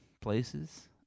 places